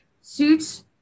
suits